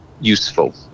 useful